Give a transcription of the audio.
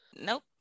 nope